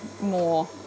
more